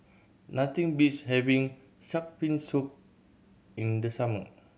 nothing beats having shark fin soup in the summer